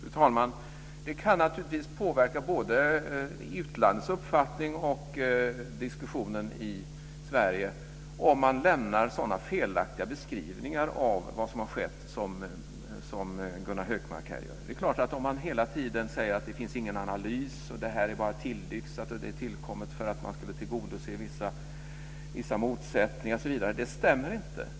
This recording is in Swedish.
Fru talman! Det kan naturligtvis påverka både utlandets uppfattning och diskussionen i Sverige om man lämnar sådana felaktiga beskrivningar av vad som har skett som Gunnar Hökmark här gör. Man säger hela tiden att det inte finns någon analys, att detta bara är tillyxat och tillkommet för att man skulle förebygga vissa motsättningar osv. Men det stämmer inte.